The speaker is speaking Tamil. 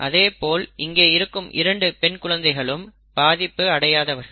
அதேபோல் இங்கே இருக்கும் இரண்டு பெண் குழந்தைகளும் பாதிப்பு அடையாதவர்கள்